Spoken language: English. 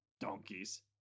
donkeys